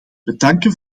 bedanken